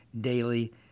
daily